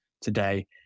today